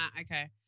Okay